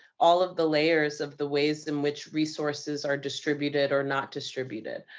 all of the layers of the ways in which resources are distributed or not distributed.